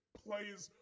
plays